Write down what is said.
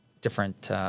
different